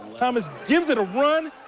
thomas gives it a one.